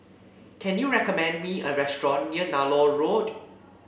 can you recommend me a restaurant near Nallur Road